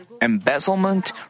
embezzlement